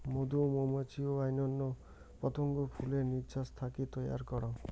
মধু মৌমাছি ও অইন্যান্য পতঙ্গ ফুলের নির্যাস থাকি তৈয়ার করাং